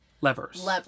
Levers